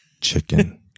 Chicken